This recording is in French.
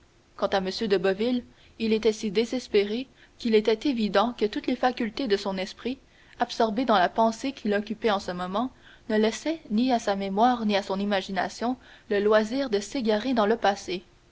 quand à m de boville il était si désespéré qu'il était évident que toutes les facultés de son esprit absorbées dans la pensée qui l'occupait en ce moment ne laissaient ni à sa mémoire ni à son imagination le loisir de s'égarer dans le passé